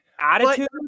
Attitude